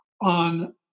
on